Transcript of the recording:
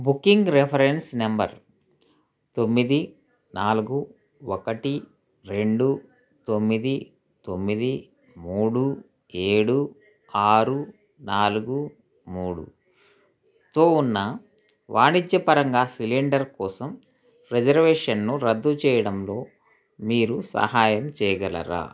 booking reference number తొమ్మిది నాలుగు ఒకటి రెండు తొమ్మిది తొమ్మిది మూడు ఏడు ఆరు నాలుగు మూడుతో ఉన్న వాణిజ్యపరంగా సిలిండర్ కోసం రిజర్వేషన్ను రద్దు చేయడంలో మీరు సహాయం చేయగలరా